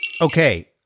Okay